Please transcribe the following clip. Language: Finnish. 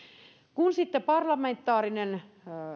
kun sitten parlamentaarinen